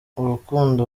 urukundo